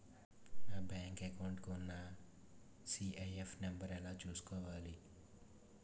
నా bank account కి ఉన్న సి.ఐ.ఎఫ్ నంబర్ ఎలా చూసుకోవాలి?